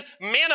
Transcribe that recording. men